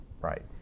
Right